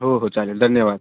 हो हो चालेल धन्यवाद